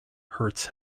hurts